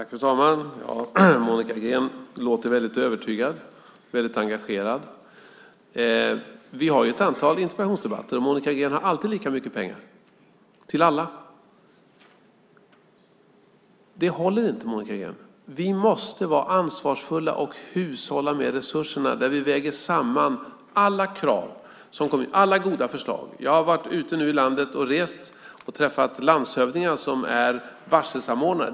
Fru talman! Monica Green låter väldigt övertygad och väldigt engagerad. Vi har haft ett antal interpellationsdebatter, och Monica Green har alltid lika mycket pengar, till alla. Det håller inte, Monica Green. Vi måste vara ansvarsfulla och hushålla med resurserna genom att väga samman alla krav som kommer, alla goda förslag. Jag har rest runt i landet och träffat landshövdingar som är varselsamordnare.